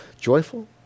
joyful